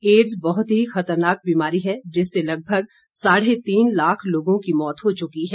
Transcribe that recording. ads बहुत की खतरनाक बिमारी है जिससे लगभग साढे तीन लाख लोगों की मौत हो चुकी है